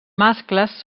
mascles